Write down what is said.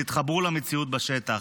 התחברו למציאות בשטח.